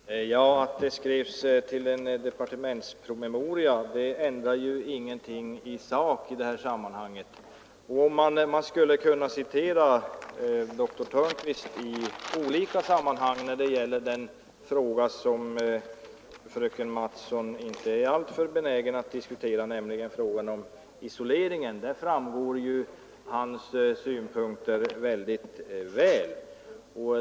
Herr talman! Att det skrivits en departementspromemoria ändrar ju ingenting i sak i detta sammanhang. Man skulle kunna citera dr Törnqvist när det gäller den fråga som fröken Mattson inte är alltför benägen att diskutera, nämligen frågan om isoleringen. Där framgår hans synpunkter väldigt väl.